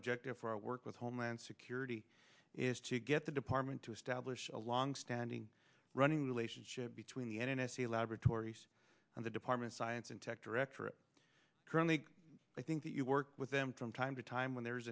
objective for our work with homeland security is to get the department to establish a long standing running relationship between the n s c laboratories and the department science and tech directorate currently i think that you work with them from time to time when there is